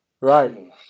Right